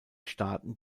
staaten